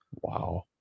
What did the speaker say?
Wow